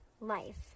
life